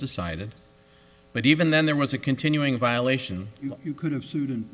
decided but even then there was a continuing violation you couldn't student